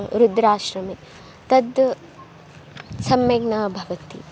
रुद्राश्रमे तद् सम्यक् न भवति